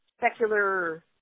secular